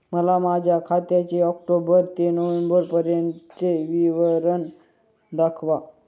मला माझ्या खात्याचे ऑक्टोबर ते नोव्हेंबर पर्यंतचे विवरण दाखवा